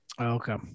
Okay